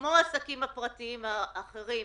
כמו העסקים הפרטיים האחרים,